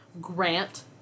Grant